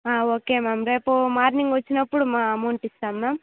okay ma'am రేపు morning వచ్చినప్పుడు amount ఇస్తాం మ్యామ్